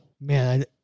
man